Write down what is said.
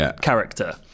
character